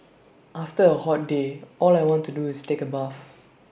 after A hot day all I want to do is take A bath